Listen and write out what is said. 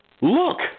Look